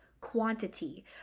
quantity